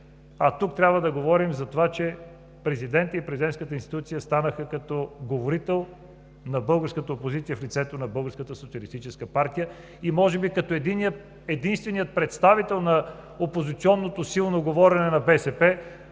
а тук трябва да говорим за това, че президентът и Президентската институция станаха като говорител на българската опозиция в лицето на Българската социалистическа партия и може би като единствения представител на опозиционното силно говорене на БСП